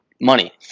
money